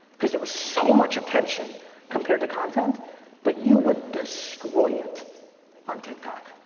cause there was so much attention compared to content but you would destroy it on tiktok.